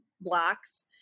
blocks